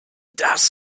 das